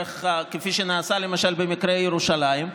כפי שנעשה למשל במקרה ירושלים,